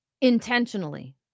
intentionally